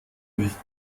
nicht